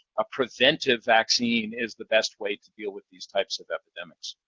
a preventive vaccine is the best way to deal with these types of epidemics.